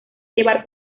llevar